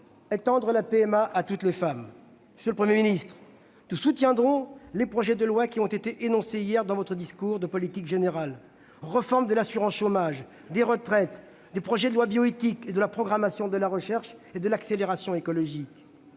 assistée à toutes les femmes ? Monsieur le Premier ministre, nous soutiendrons les projets de loi qui ont été annoncés hier lors de votre discours de politique générale : réformes de l'assurance chômage et des retraites, projets de loi bioéthique, de programmation de la recherche et de l'accélération écologique.